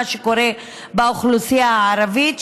מה שקורה באוכלוסייה הערבית,